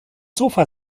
sofa